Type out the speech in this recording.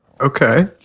Okay